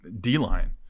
D-line